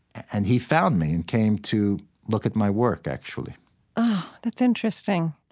and he found me and came to look at my work, actually oh, that's interesting.